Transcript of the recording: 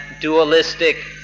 dualistic